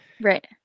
Right